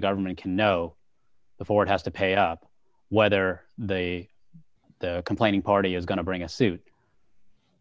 the government can know before it has to pay up whether they the complaining party is going to bring a suit